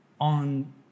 on